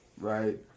right